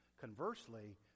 Conversely